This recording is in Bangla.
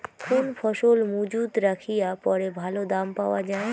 কোন ফসল মুজুত রাখিয়া পরে ভালো দাম পাওয়া যায়?